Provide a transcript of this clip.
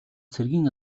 цэргийн